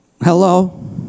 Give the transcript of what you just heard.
Hello